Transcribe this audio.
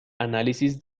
análisis